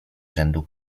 rzędu